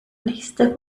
nächste